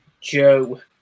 Joe